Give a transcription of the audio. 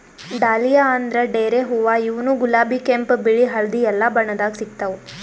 dahlia ಅಂದ್ರ ಡೇರೆ ಹೂವಾ ಇವ್ನು ಗುಲಾಬಿ ಕೆಂಪ್ ಬಿಳಿ ಹಳ್ದಿ ಎಲ್ಲಾ ಬಣ್ಣದಾಗ್ ಸಿಗ್ತಾವ್